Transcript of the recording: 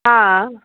हा